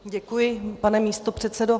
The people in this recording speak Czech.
Děkuji, pane místopředsedo.